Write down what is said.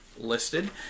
listed